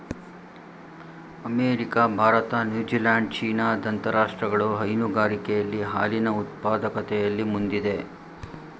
America, Bharat, New Zealand, China ದಂತ ರಾಷ್ಟ್ರಗಳು ಹೈನುಗಾರಿಕೆಯಲ್ಲಿ ಹಾಲಿನ ಉತ್ಪಾದಕತೆಯಲ್ಲಿ ಮುಂದಿದೆ